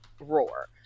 roar